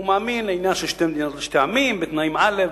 שהוא מאמין בעניין של שתי מדינות לשני עמים בתנאים א',